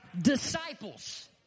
disciples